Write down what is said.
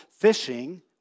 fishing